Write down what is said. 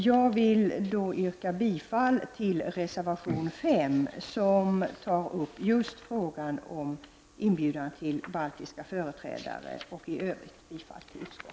Jag vill yrka bifall till reservation 5, som tar upp just frågan om inbjudan till baltiska företrädare, och i övrigt till utskottets hemställan.